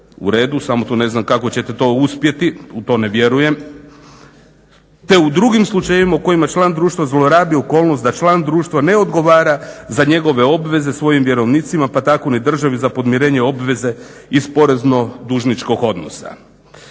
u redu samo to ne znam kako ćete to uspjeti, u to ne vjerujem te u drugim slučajevima u kojima član društva zlorabi okolnost da član društva ne odgovara za njegove obveze svojim vjerovnicima pa tako ni državi za podmirenje obveze iz porezno-dužničkog odnosa.